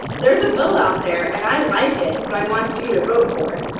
there's a bill out there, and i like it, so i want you to vote for it,